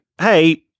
Hey